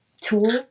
tool